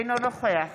אינו נוכח